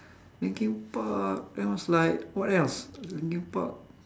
linkin park that was like what else linkin park